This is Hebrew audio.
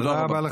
תודה רבה.